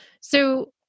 So-